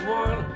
one